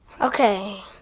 Okay